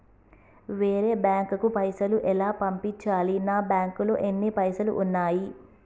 వేరే బ్యాంకుకు పైసలు ఎలా పంపించాలి? నా బ్యాంకులో ఎన్ని పైసలు ఉన్నాయి?